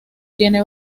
tiene